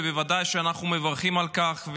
ובוודאי שאנחנו מברכים על כך.